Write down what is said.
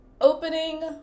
opening